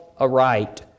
aright